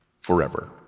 forever